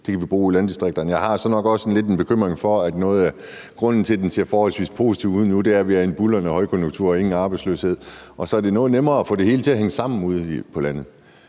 Det kan vi bruge i landdistrikterne. Jeg har så nok også lidt en bekymring for, at en af grundene til, at det ser forholdsvis positivt ud nu, er, at vi er i en buldrende højkonjunktur, og at der ingen arbejdsløshed er. Så er det noget nemmere at få det hele til at hænge sammen ude på landet.